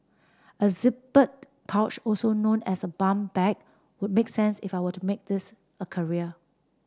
a zippered pouch also known as a bum bag would make sense if I were to make this a career